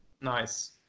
nice